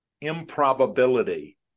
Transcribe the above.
improbability